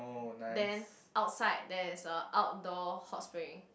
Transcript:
then outside there's a outdoor hot spring